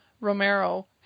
romero